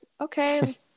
okay